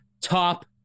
Top